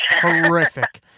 horrific